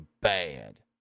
bad